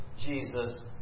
Jesus